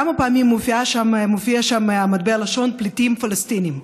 כמה פעמים מופיע שם מטבע הלשון "פליטים פלסטינים"?